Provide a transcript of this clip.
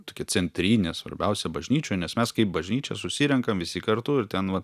tokia centrinė svarbiausia bažnyčioj nes mes bažnyčią susirenkam visi kartu ir ten va